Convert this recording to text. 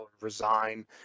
resign